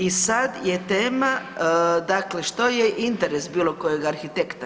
I sad je tema, dakle što je interes bilo kojeg arhitekta.